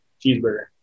cheeseburger